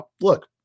look